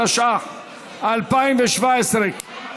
התשע"ח 2017,